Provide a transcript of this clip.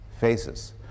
faces